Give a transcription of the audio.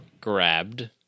Grabbed